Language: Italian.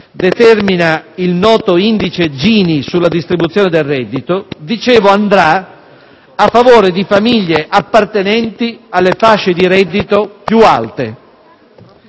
determina il noto indice di Gini sulla distribuzione del reddito - a favore di famiglie appartenenti alle fasce di reddito più alte.